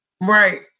Right